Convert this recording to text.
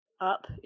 up